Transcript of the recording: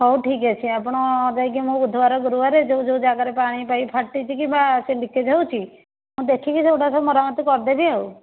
ହେଉ ଠିକ୍ଅଛି ଆପଣ ଯାଇକି ମୁଁ ବୁଧବାର ଗୁରବାର ଯେଉଁ ଯେଉଁ ଜାଗାରେ ପାଣି ପାଇପ୍ ଫାଟିଛି କିମ୍ବା ସେ ଲିକେଜ୍ ହେଉଛି ମୁଁ ଦେଖିକି ସେଗୁଡ଼ା ସବୁ ମରାମତି କରିଦେବି ଆଉ